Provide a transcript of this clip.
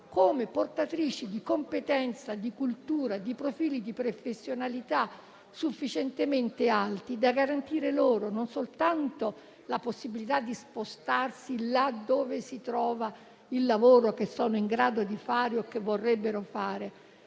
come portatrici di competenza, di cultura e di profili di professionalità sufficientemente alti da garantire loro la possibilità di spostarsi dove si trovano non soltanto il lavoro che sono in grado di fare o che vorrebbero fare,